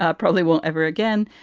ah probably won't ever again.